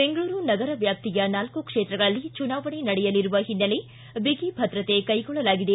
ಬೆಂಗಳೂರು ನಗರ ವ್ಯಾಪ್ತಿಯ ನಾಲ್ಕ ಕ್ಷೇತ್ರಗಳಲ್ಲಿ ಚುನಾವಣೆ ನಡೆಯಲಿರುವ ಹಿನ್ನೆಲೆಯಲ್ಲಿ ಬಗಿ ಭದ್ರತೆ ಕ್ಷೆಗೊಳ್ಲಲಾಗಿದೆ